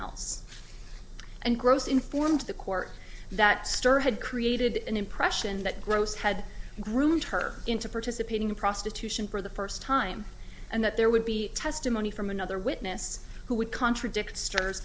else and gross informed the court that stern had created an impression that gross had groomed her into participating in prostitution for the first time and that there would be testimony from another witness who would contradict star